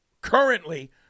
currently